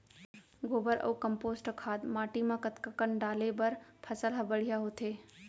गोबर अऊ कम्पोस्ट खाद माटी म कतका कन डाले बर फसल ह बढ़िया होथे?